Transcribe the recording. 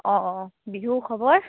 অঁ অঁ বিহু খবৰ